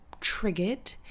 triggered